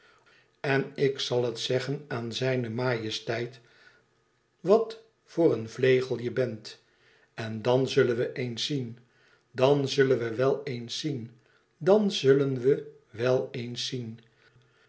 en ik zal het zeggen aan zijne majesteit wat voor een vlegel je bent en dan zullen we eens zien dan zullen we wel eens zien dan zullen we wel eens zien